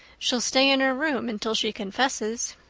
she'll stay in her room until she confesses,